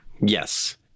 Yes